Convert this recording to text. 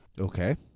Okay